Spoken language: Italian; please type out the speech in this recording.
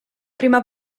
prima